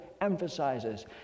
emphasizes